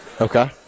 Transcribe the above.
Okay